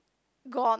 gone